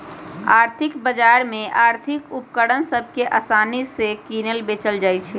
आर्थिक बजार में आर्थिक उपकरण सभ के असानि से किनल बेचल जाइ छइ